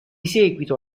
seguito